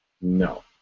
No